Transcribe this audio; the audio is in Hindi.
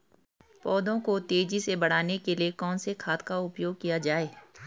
पौधों को तेजी से बढ़ाने के लिए कौन से खाद का उपयोग किया जाए?